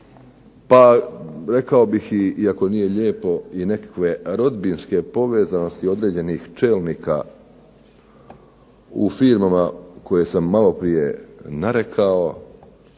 pa rekao bih i, iako nije lijepo, i nekakve rodbinske povezanosti određenih čelnika u firmama koje sam maloprije narekao